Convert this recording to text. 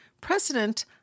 President